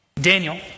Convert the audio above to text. Daniel